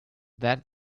that